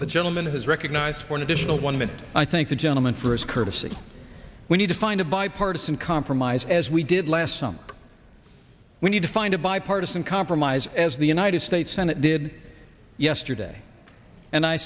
the gentleman has recognized for an additional one minute i think the gentleman for his courtesy we need to find a bipartisan compromise as we did last summer we need to find a bipartisan compromise as the united states senate did yesterday and i